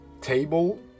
table